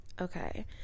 Okay